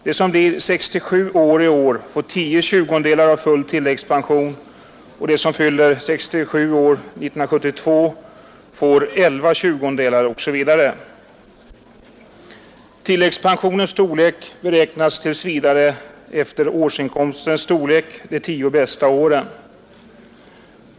De som blir 67 år i år får tio tjugondelar av full tilläggspension, de som fyller 67 år 1972 får elva tjugondelar osv. Tilläggspensionens storlek beräknas tills vidare efter årsinkomstens storlek under de tio bästa åren.